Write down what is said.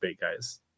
guys